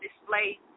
display